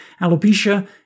alopecia